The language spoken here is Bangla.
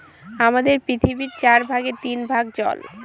আমাদের পৃথিবীর চার ভাগের তিন ভাগ জল